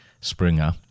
Springer